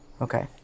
Okay